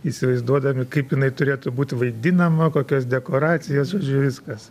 įsivaizduodami kaip jinai turėtų būt vaidinama kokios dekoracijos žodžiu viskas